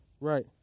Right